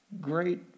great